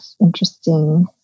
interesting